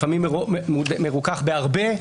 לפעמים מרוכך בהרבה,